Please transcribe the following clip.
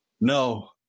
No